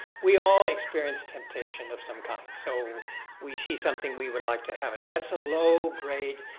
we all experience temptation of some kind so we see something we would like to have it. that's a low-grade